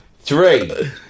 Three